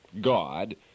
God